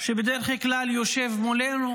שבדרך כלל יושב מולנו,